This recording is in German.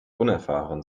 unerfahren